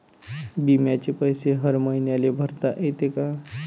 बिम्याचे पैसे हर मईन्याले भरता येते का?